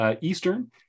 Eastern